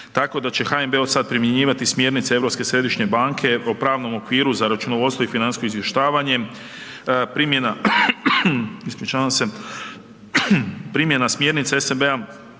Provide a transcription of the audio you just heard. tako da će HNB od sad primjenjivati smjernice Europske središnje banke o pravnom okviru za računovodstvo i financijsko izvještavanje, primjena, primjena